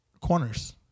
Corners